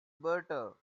butter